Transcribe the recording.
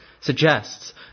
suggests